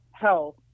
health